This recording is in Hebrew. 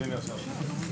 הישיבה ננעלה בשעה